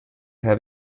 have